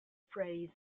phrase